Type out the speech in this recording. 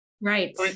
Right